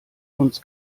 uns